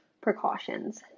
precautions